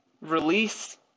release